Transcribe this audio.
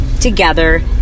together